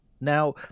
now